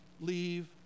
leave